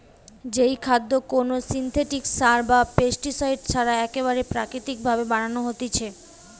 যেই খাদ্য কোনো সিনথেটিক সার বা পেস্টিসাইড ছাড়া একেবারে প্রাকৃতিক ভাবে বানানো হতিছে